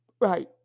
Right